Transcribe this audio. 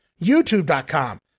YouTube.com